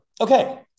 Okay